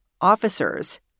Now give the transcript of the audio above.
officers